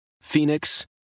Phoenix